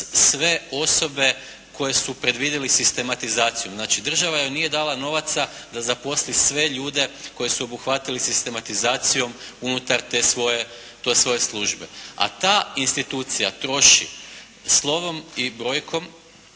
sve osobe koje su predvidjeli sistematizacijom. Znači država joj nije dala novaca da zaposli sve ljude koje su obuhvatili sistematizacijom unutar te svoje, te svoje službe. A ta institucija troši slovom i brojkom